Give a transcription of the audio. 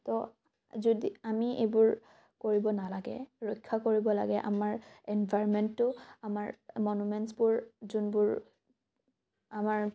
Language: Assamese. ত' যদি আমি এইবোৰ কৰিব নালাগে ৰক্ষা কৰিব লাগে আমাৰ এনভাইৰমেণ্টটো আমাৰ মনোমেনচবোৰ যোনবোৰ আমাৰ